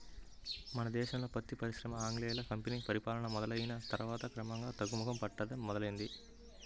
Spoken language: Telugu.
మన దేశంలో పత్తి పరిశ్రమ ఆంగ్లేయుల కంపెనీ పరిపాలన మొదలయ్యిన తర్వాత క్రమంగా తగ్గుముఖం పట్టడం మొదలైంది